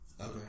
Okay